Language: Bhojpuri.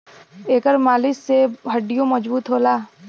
एकर मालिश से हड्डीयों मजबूत होला